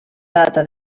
data